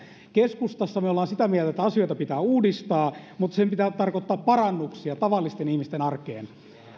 keskustassa me olemme sitä mieltä että asioita pitää uudistaa mutta sen pitää tarkoittaa parannuksia tavallisten ihmisten arkeen